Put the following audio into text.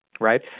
right